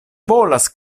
volas